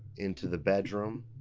into the bedroom,